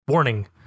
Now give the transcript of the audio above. Warning